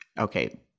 okay